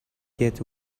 get